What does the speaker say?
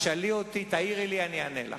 תשאלי אותי, תעירי לי, אני אענה לך.